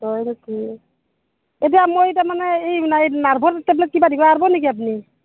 হয় নেকি এতিয়া মই তাৰমানে এই নাৰ্ভৰ টেবলেট কিবা দিব পাৰিব নেকি আপুনি